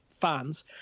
fans